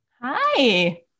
Hi